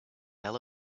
tell